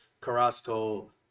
Carrasco